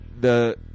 the-